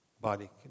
Body